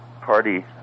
party